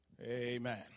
amen